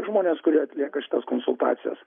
žmonės kurie atlieka šitas konsultacijas